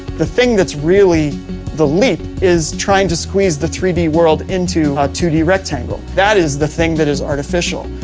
the thing that's really the leap is trying to squeeze the three d world into a two d rectangle. that is the thing that is artificial,